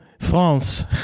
France